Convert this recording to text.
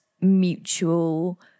mutual